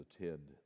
attend